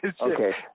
Okay